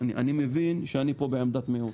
אני מבין שאני פה בעמדת מיעוט.